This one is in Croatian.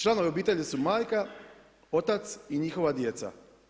Članovi obitelji su majka, otac i njihova djeca.